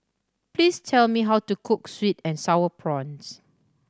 please tell me how to cook sweet and Sour Prawns